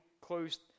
closed